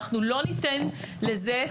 אנחנו לא ניתן לזה,